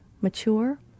mature